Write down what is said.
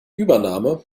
übernahme